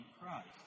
Christ